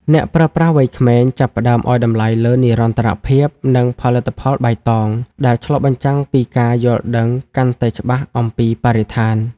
អ្នកប្រើប្រាស់វ័យក្មេងចាប់ផ្ដើមឱ្យតម្លៃលើ "និរន្តរភាព" និង "ផលិតផលបៃតង" ដែលឆ្លុះបញ្ចាំងពីការយល់ដឹងកាន់តែច្បាស់អំពីបរិស្ថាន។